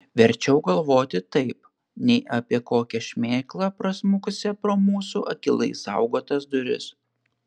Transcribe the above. verčiau galvoti taip nei apie kokią šmėklą prasmukusią pro mūsų akylai saugotas duris